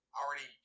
already